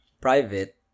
private